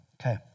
Okay